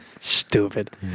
stupid